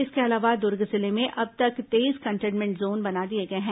इसके अलावा दुर्ग जिले में अब तक तेईस कंटेंनमेंट जोन बना दिए गए हैं